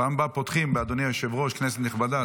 פעם הבאה פותחים באדוני היושב-ראש, כנסת נכבדה.